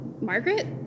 Margaret